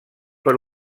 per